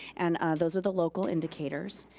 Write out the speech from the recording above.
and those are the local indicators.